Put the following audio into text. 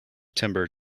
timber